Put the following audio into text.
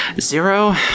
Zero